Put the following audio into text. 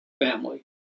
family